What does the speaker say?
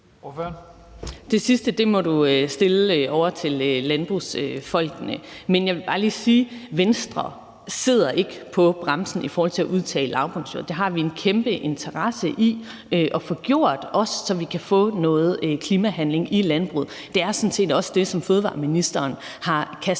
Det sidste spørgsmål må du stille til landbrugsfolkene, men jeg vil bare lige sige, at Venstre ikke træder på bremsen i forhold til at udtage lavbundsjorder. Det har vi en kæmpe interesse i at få gjort, også for at vi kan få noget klimahandling i landbruget. Det er sådan set også det, som fødevareministeren har kastet